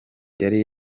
yari